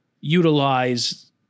utilize